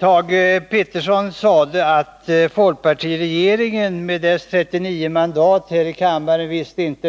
Thage Peterson sade att folkpartiregeringen med dess 39 mandat här i kammaren inte